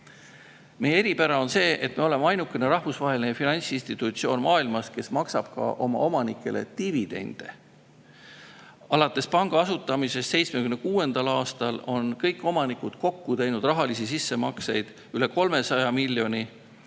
Meie eripära on see, et me oleme ainuke rahvusvaheline finantsinstitutsioon maailmas, kes maksab oma omanikele ka dividende. Alates panga asutamisest 1976. aastal on kõik omanikud kokku teinud rahalisi sissemakseid üle 300 miljoni